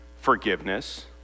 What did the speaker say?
forgiveness